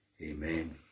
Amen